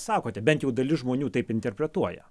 sakote bent jau dalis žmonių taip interpretuoja